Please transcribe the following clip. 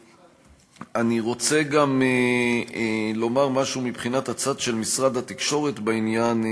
אני רוצה גם לומר משהו מבחינת הצד של משרד התקשורת בעניין.